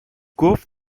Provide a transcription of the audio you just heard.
گفت